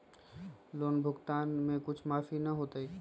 Loan भुगतान में कुछ माफी न होतई?